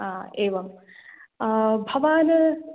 आ एवं भवान्